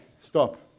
stop